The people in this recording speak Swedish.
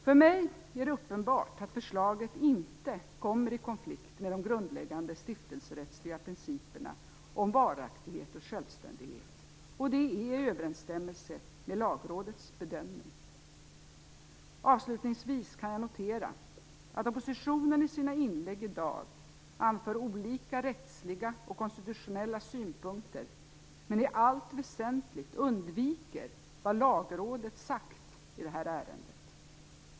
För mig är det uppenbart att förslaget inte kommer i konflikt med de grundläggande stiftelserättsliga principerna om varaktighet och självständighet. Och det är i överensstämmelse med Lagrådets bedömning. Avslutningsvis kan jag notera att oppositionen i sina inlägg i dag anför olika rättsliga och konstitutionella synpunkter, men i allt väsentligt undviker vad Lagrådet sagt i detta ärende.